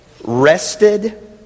rested